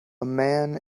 man